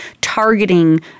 targeting